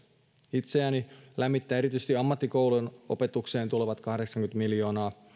itseäni lämmittää erityisesti ammattikoulun opetukseen tulevat kahdeksankymmentä miljoonaa